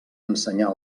ensenyar